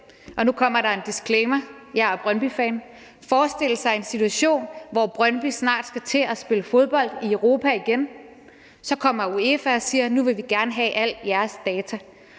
nu kommer der en disclaimer: jeg er brøndbyfan – forestille sig den situation, når Brøndby snart skal til at spille fodbold i Europa igen, at UEFA kommer og siger: Nu vil vi gerne have alle jeres data.